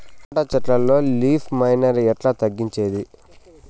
Tomato చెట్లల్లో leaf miner ఎట్లా తగ్గించేది?